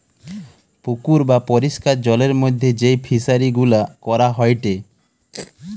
পুকুর বা পরিষ্কার জলের মধ্যে যেই ফিশারি গুলা করা হয়টে